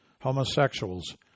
homosexuals